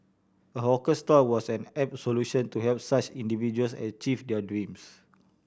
a hawker stall was an apt solution to help such individuals achieve their dreams